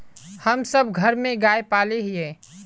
हम सब घर में गाय पाले हिये?